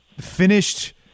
finished